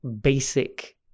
basic